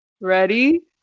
Ready